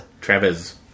Travis